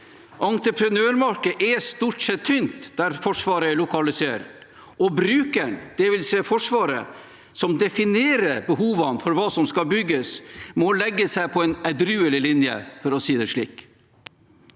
Entreprenørmarkedet er stort sett tynt der Forsvaret er lokalisert, og brukeren, dvs. Forsvaret, som definerer behovet for hva som skal bygges, må legge seg på en edruelig linje, for å si det slik.